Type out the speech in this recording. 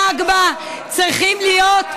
אתה יודע שחוקי הנכבה צריכים להיות,